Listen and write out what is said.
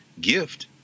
gift